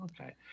okay